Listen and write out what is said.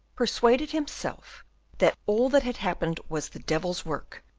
persuaded himself that all that had happened was the devil's work,